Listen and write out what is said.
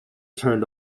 turned